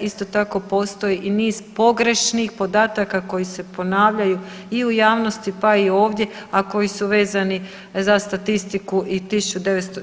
Isto tako postoji i niz pogrešnih podataka koji se ponavljaju i u javnosti, pa i ovdje, a koji su vezani za statistiku